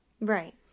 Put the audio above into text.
Right